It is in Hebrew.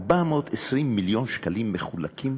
420 מיליון שקלים מחולקים